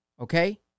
okay